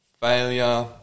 failure